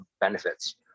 benefits